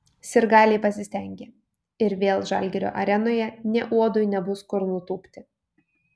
sirgaliai pasistengė ir vėl žalgirio arenoje nė uodui nebus kur nutūpti